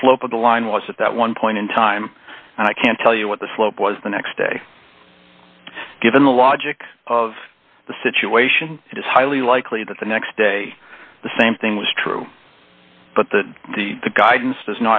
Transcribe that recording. the slope of the line was at that one point in time and i can't tell you what the slope was the next day given the logic of the situation it is highly likely that the next day the same thing was true but that the guidance